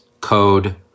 code